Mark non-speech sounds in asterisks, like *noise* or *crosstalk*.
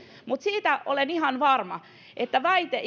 mutta siitä olen ihan varma että väite *unintelligible*